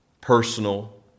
personal